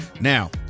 Now